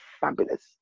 fabulous